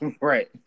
Right